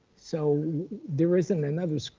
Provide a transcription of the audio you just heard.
so there isn't another school,